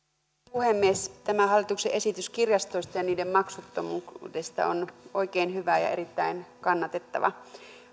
puhemies tämä hallituksen esitys kirjastoista ja niiden maksuttomuudesta on oikein hyvä ja erittäin kannatettava